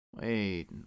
Wait